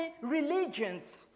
religions